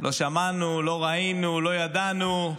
לא שמענו, לא ראינו, לא ידענו.